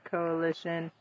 Coalition